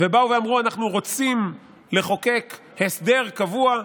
ובאו ואמרו: אנחנו רוצים לחוקק הסדר קבוע,